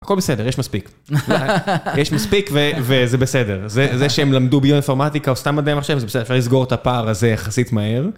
הכל בסדר, יש מספיק, יש מספיק וזה בסדר, זה שהם למדו ביואינפוורמטיקה או סתם מדעי מחשב זה בסדר, אפשר לסגור את הפער הזה יחסית מהר.